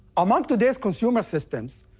among today's consumer systems,